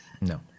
No